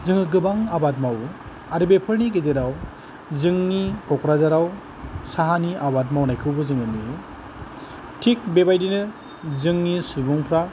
जोङो गोबां आबाद मावो आरो बेफोरनि गेजेराव जोंनि क'क्राझाराव साहानि आबाद मावनायखौबो जोङो नुयो थिक बेबायदिनो जोंनि सुबुंफोरा